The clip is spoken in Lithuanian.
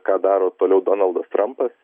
ką daro toliau donaldas trampas